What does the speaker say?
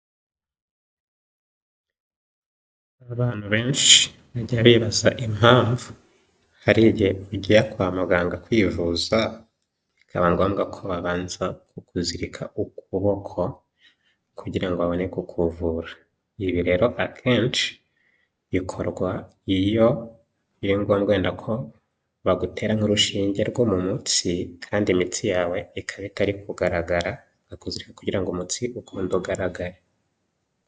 Abantu benshi bikaba bakuzirika